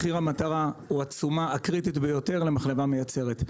מחיר המטרה הוא התשומה הקריטית ביותר למחלבה מייצרת.